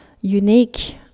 unique